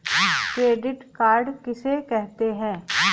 Credit card किसे कहते हैं?